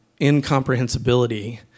incomprehensibility